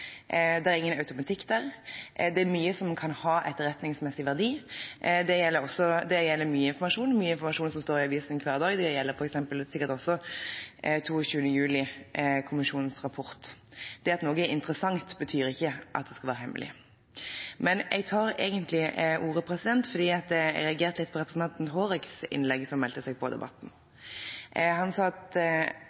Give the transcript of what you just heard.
der. Det er mye som kan ha etterretningsmessig verdi. Det gjelder mye informasjon som står i avisene hver dag, og det gjelder sikkert også 22. juli-kommisjonens rapport. Det at noe er interessant, betyr ikke at det skal være hemmelig. Jeg tok ordet egentlig fordi jeg reagerte litt på representanten Hårek Elvenes’ innlegg – han meldte seg på i debatten. Han sa at